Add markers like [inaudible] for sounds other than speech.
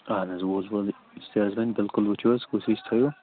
اہن حظ [unintelligible] سُہ تہِ حظ بَنہِ بلکُل وٕچھُو حظ کُس ہِش تھٲیِو